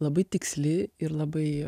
labai tiksli ir labai